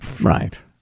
Right